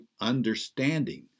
understanding